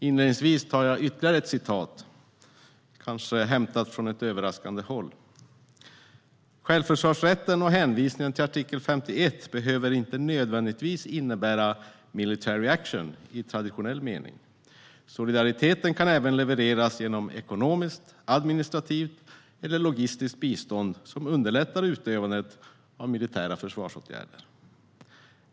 Inledningsvis jag vill ta ytterligare ett citat, kanske hämtat från ett överraskande håll: "Självförsvarsrätten och hänvisningen till artikel 51 behöver inte nödvändigtvis innebära 'military action' i traditionell mening, solidariteten kan även levereras genom ekonomiskt, administrativt eller logistiskt bistånd som underlättar utövandet av militära försvarsåtgärder.